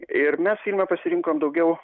ir mes filme pasirinkom daugiau